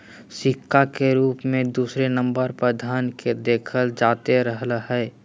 सिक्का के रूप मे दूसरे नम्बर पर धन के देखल जाते रहलय हें